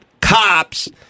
cops